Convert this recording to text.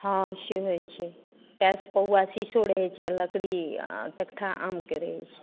हँ से होइ छै पाइस पौआ शीशो रहै छै आ लकड़ी आ तकथा आमके रहै छै